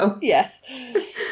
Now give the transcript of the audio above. Yes